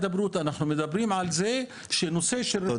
הבריאות אנחנו מדברים על הנושא של רפואת משפחה,